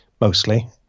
mostly